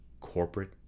corporate